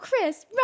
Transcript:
Chris